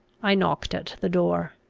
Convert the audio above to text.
i knocked at the door.